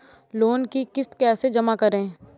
Loan की किश्त कैसे जमा करें?